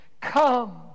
Come